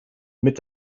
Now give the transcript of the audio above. mit